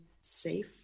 safe